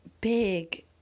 big